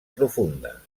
profunda